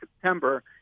September